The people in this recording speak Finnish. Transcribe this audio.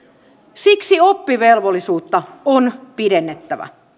siksi oppivelvollisuutta on pidennettävä